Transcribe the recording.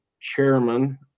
Chairman